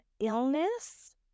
illness